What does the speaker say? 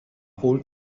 rôle